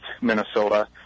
Minnesota